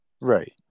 Right